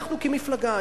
אנחנו כמפלגה,